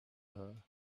her